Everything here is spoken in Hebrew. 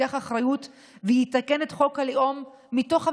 ייקח אחריות ויתקן את חוק הלאום מתוך הממשלה,